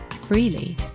freely